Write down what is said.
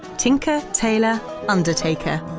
tinker tailor undertaker.